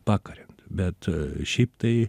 pakaria bet šiaip tai